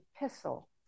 epistle